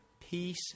Peace